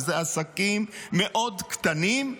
ואלה עסקים מאוד קטנים,